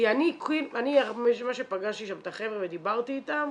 כי ממה שפגשתי שם את החבר'ה ודיברתי איתם